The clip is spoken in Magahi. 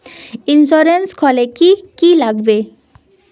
इंश्योरेंस खोले की की लगाबे?